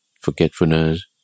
forgetfulness